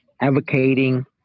advocating